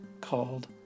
called